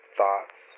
thoughts